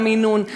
והמינון.